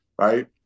right